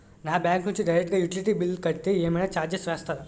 నా బ్యాంక్ నుంచి డైరెక్ట్ గా యుటిలిటీ బిల్ కడితే ఏమైనా చార్జెస్ వేస్తారా?